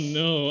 no